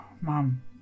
mom